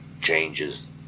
changes